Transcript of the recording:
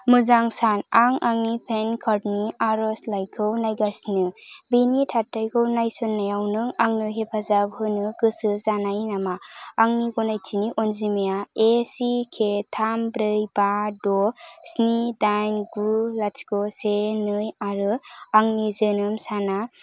मोजां सान आं आंनि पैन कार्ड नि आरजलाइ खौ नायगासिनो बेनि थाथायखौ नायसंनायाव नों आंनो हेफाजाब होनो गोसो जानाय नामा आंनि गनायथिनि अनजिमाया एसिके थाम ब्रै बा द' स्नि दाइन गु लाथिख' से नै आरो आंनि जोनोम साना